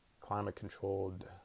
climate-controlled